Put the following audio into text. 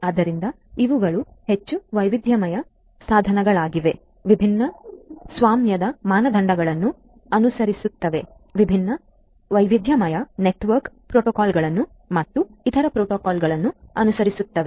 ಆದ್ದರಿಂದ ಇವುಗಳು ಹೆಚ್ಚು ವೈವಿಧ್ಯಮಯ ಸಾಧನಗಳಾಗಿವೆ ವಿಭಿನ್ನ ಸ್ವಾಮ್ಯದ ಮಾನದಂಡಗಳನ್ನು ಅನುಸರಿಸುತ್ತವೆ ವಿಭಿನ್ನ ವೈವಿಧ್ಯಮಯ ನೆಟ್ವರ್ಕ್ ಪ್ರೋಟೋಕಾಲ್ಗಳು ಮತ್ತು ಇತರ ಪ್ರೋಟೋಕಾಲ್ಗಳನ್ನು ಅನುಸರಿಸುತ್ತವೆ